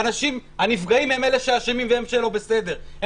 בסדר ושהנפגעים הם אלה שהם לא בסדר.